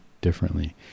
differently